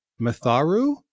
Matharu